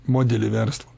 modelį verslo